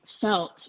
felt